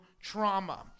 trauma